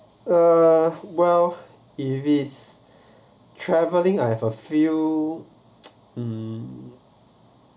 uh well if it's travelling I have a few um